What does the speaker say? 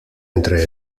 entre